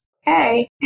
Hey